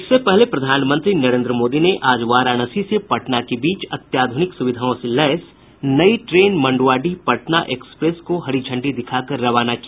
इससे पहले प्रधानमंत्री नरेन्द्र मोदी ने आज वाराणसी से पटना के बीच अत्याधुनिक सुविधाओं से लैस नई ट्रेन मंडुआडीह पटना एक्सप्रेस को हरी झंडी दिखाकर रवाना किया